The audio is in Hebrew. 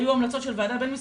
היו המלצות של ועדה בין משרדית,